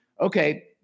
okay